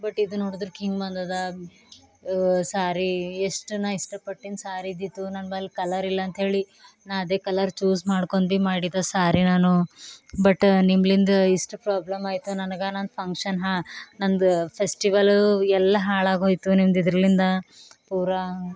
but ಇದು ನೋಡದ್ರಿಕ ಹಿಂಗೆ ಬಂದದ ಸ್ಯಾರಿ ಎಷ್ಟು ನಾ ಇಷ್ಟಪಟ್ಟಿನ ಸ್ಯಾರಿ ಇದ್ದಿತ್ತು ನನ್ಬಲಿ ಕಲರ್ ಇಲ್ಲಂತ್ಹೇಳಿ ನಾ ಅದೇ ಕಲರ್ ಚೂಸ್ ಮಾಡ್ಕೊಂಡ್ ಭೀ ಮಾಡಿದ ಸ್ಯಾರಿ ನಾನು ಬಟ್ ನಿಮ್ಲಿಂದ ಇಷ್ಟು ಪ್ರಾಬ್ಲಮ್ ಆಯ್ತು ನನಗೆ ನನ್ನ ಫಂಕ್ಷನ್ ಹಾಂ ನನ್ನದು ಫೆಸ್ಟಿವಲು ಎಲ್ಲ ಹಾಳಾಗೋಯ್ತು ನಿಮ್ದು ಇದ್ರಲಿಂದ ಪೂರಾ